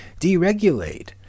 Deregulate